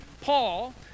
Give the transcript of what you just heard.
Paul